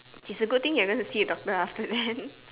it's a good thing you're going to see a doctor after that